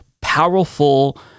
powerful